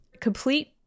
complete